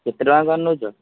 କେତେ ଟଙ୍କା କ'ଣ ନେଉଛ